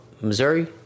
Missouri